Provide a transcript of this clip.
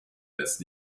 lässt